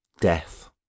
death